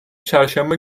çarşamba